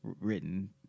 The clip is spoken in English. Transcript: written